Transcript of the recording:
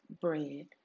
bread